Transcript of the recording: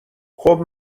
خوب